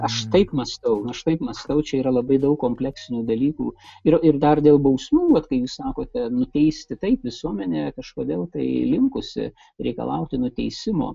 aš taip mąstau aš taip mąstau čia yra labai daug kompleksinių dalykų ir ir dar dėl bausmių vat kai jūs sakote nuteisti taip visuomenė kažkodėl tai linkusi reikalauti nuteisimo